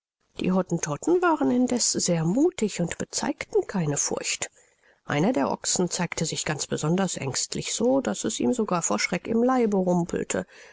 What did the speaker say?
die hottentotten waren indeß sehr muthig und bezeigten keine furcht einer der ochsen zeigte sich ganz besonders ängstlich so daß es ihm sogar vor schreck im leibe rumpelte